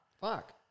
Fuck